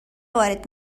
وارد